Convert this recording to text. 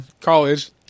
college